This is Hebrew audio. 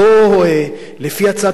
לפי הצעת החוק הזאת,